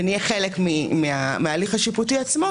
ונהיה חלק מההליך השיפוטי עצמו